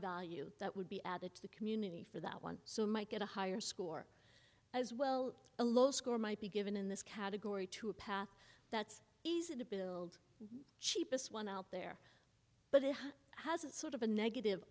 value that would be added to the community for that one so might get a higher score as well a low score might be given in this category to a path that's easy to build the cheapest one out there but it has it's sort of a negative